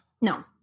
No